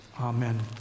Amen